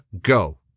go